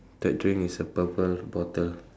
that drink is a purple bottle